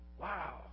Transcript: Wow